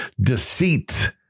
deceit